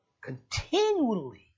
continually